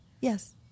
Yes